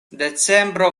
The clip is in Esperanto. decembro